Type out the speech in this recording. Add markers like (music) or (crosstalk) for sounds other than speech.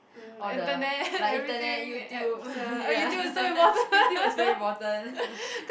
(breath) or the (breath) like internet YouTube (laughs) ya YouTube is very important